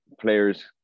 players